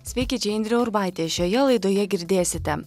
sveiki čia indrė urbaitė šioje laidoje girdėsite